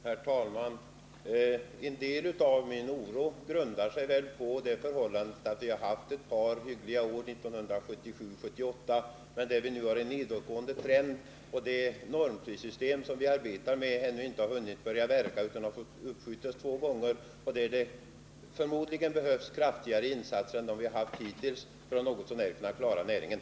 Herr talman! En del av min oro grundar sig väl på det förhållandet att vi har haft ett par hyggliga år — 1977 och 1978 — men nu fått en nedåtgående trend. Det normprissystem som vi arbetar med har ännu inte hunnit börja verka utan har måst uppskjutas två gånger. Förmodligen behövs det kraftigare insatser än dem vi haft hittills för att något så när klara näringen.